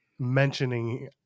mentioning